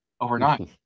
overnight